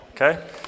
okay